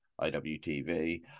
IWTV